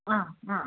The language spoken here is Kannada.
ಹಾಂ ಹಾಂ